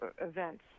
events